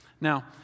Now